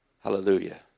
hallelujah